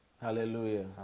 Hallelujah